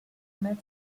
met